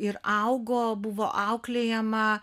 ir augo buvo auklėjama